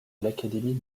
l’académie